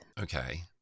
Okay